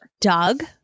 Doug